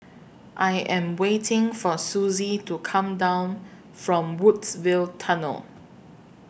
I Am waiting For Suzy to Come down from Woodsville Tunnel